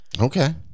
Okay